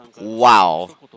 Wow